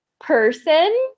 person